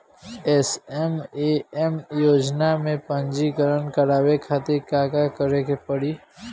SMAM योजना में पंजीकरण करावे खातिर का का करे के पड़ी?